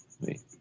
wait